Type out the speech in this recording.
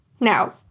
Now